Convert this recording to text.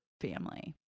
family